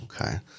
okay